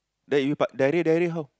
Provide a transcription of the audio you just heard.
that you pa~ direct direct how